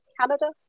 Canada